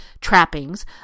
trappings